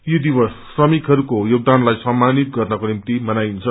यो श्रमिकहरूको योगदानलाई सम्मानित गर्नको निभि मनाईन्छ